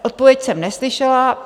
Odpověď jsem neslyšela.